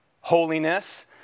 holiness